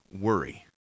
worry